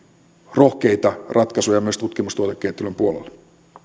rohkeita ratkaisuja myös tutkimuksen ja tuotekehittelyn puolella